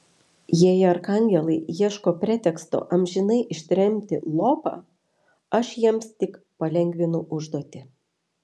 jei arkangelai ieško preteksto amžinai ištremti lopą aš jiems tik palengvinu užduotį